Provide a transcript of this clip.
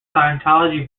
scientology